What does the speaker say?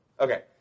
Okay